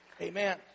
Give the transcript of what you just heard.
Amen